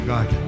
God